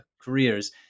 careers